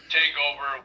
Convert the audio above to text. Takeover